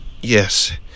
Yes